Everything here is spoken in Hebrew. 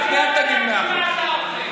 אני לא בדקתי מה אתה אוכל.